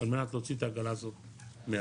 על מנת להוציא את העגלה הזאת מהבוץ.